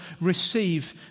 receive